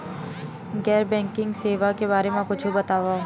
गैर बैंकिंग सेवा के बारे म कुछु बतावव?